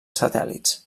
satèl·lits